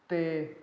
ਅਤੇ